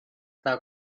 thou